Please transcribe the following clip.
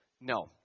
No